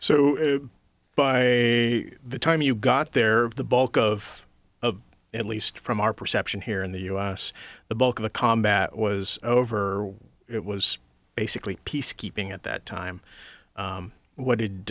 so by the time you got there the bulk of at least from our perception here in the u s the bulk of the combat was over it was basically peacekeeping at that time what did